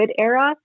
era